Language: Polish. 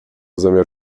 zamiar